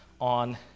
on